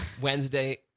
Wednesday